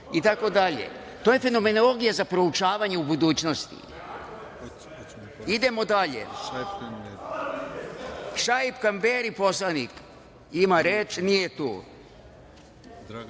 itd. To je fenomenologija za proučavanje u budućnosti. Idemo dalje. Šaip Kamberi poslanik ima reč. Nije tu. Ima